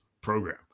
program